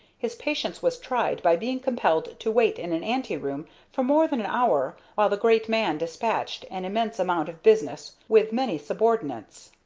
his patience was tried by being compelled to wait in an anteroom for more than an hour while the great man despatched an immense amount of business with many subordinates.